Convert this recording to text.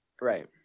Right